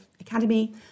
Academy